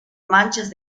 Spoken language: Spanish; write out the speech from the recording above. manchas